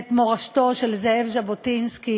ואת מורשתו של זאב ז'בוטינסקי,